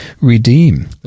redeem